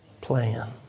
plan